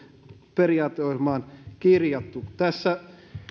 periaateohjelmaan kirjattu